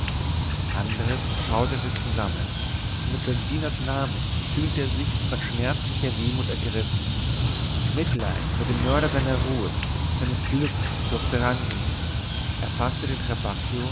andres schauderte zusammen mit giorginas namen fühlte er sich von schmerzlicher wehmut ergriffen mitleid mit dem mörder seiner ruhe seines glücks durchdrang ihn er faßte den